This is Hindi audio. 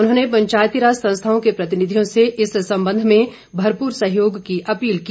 उन्होंने पंचायती राज संस्थाओं के प्रतिनिधियों से इस संबंध में भरपूर सहयोग की अपील की